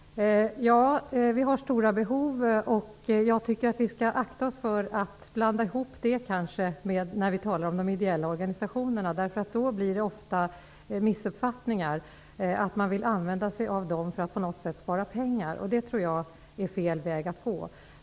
Herr talman! Ja, vi har stora behov, men jag tycker att vi skall akta oss för att blanda in de ideella organisationerna i dessa sammanhang. Det är en ofta förekommande missuppfattning att man skall använda sig av dem för att spara pengar. Jag tror att det är fel väg att gå.